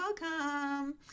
welcome